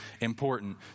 important